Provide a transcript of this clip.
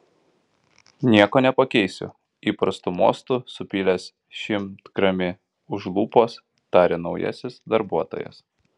nieko nepakeisiu įprastu mostu supylęs šimtgramį už lūpos tarė naujasis darbuotojas